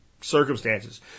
circumstances